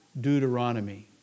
Deuteronomy